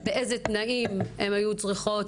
באיזה תנאים היו צריכים